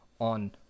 on